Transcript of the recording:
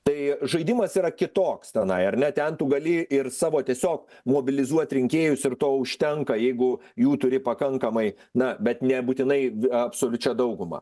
tai žaidimas yra kitoks tenai ar ne ten tu gali ir savo tiesiog mobilizuot rinkėjus ir to užtenka jeigu jų turi pakankamai na bet nebūtinai absoliučia dauguma